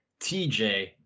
TJ